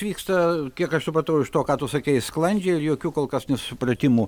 vyksta kiek aš supratau iš to ką tu sakei sklandžiai jokių kol kas nesusipratimų